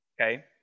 Okay